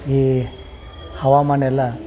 ಈ ಹವಾಮಾನೆಲ್ಲ